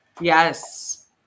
yes